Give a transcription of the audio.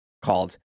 Called